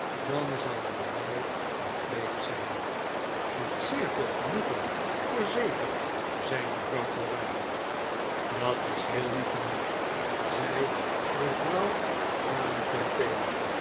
dan zouden wij compleet zgn met zeer veel genoegen voorzeker zei mejuffrouw oranje dat is heel lief van u zei mejuffrouw